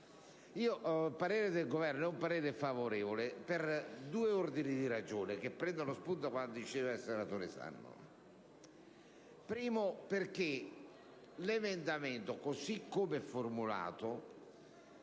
il parere del Governo è favorevole, per due ordini di ragioni, che prendono spunto da quanto diceva il senatore Sanna. In primo luogo, perché l'emendamento, così come è formulato,